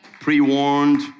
pre-warned